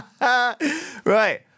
Right